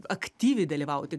aktyviai dalyvauti